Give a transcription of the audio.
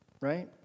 right